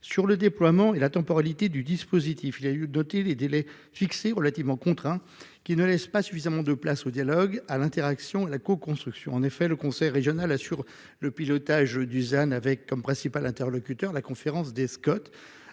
Sur le déploiement et la temporalité du dispositif, il y a lieu de noter les délais fixés, relativement contraints, qui ne laissent pas suffisamment de place au dialogue, à l'interaction et à la coconstruction. En effet, le conseil régional assure le pilotage du ZAN avec comme principal interlocuteur la conférence des